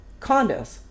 condos